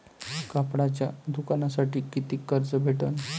कापडाच्या दुकानासाठी कितीक कर्ज भेटन?